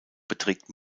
beträgt